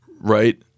Right